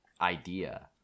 idea